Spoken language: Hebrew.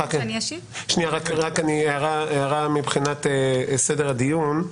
רק הערה לסדר הדיון.